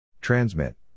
Transmit